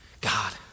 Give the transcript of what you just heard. God